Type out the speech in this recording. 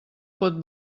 pot